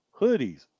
hoodies